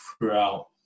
throughout